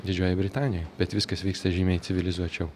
didžiojoj britanijoj bet viskas vyksta žymiai civilizuočiau